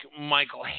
Michael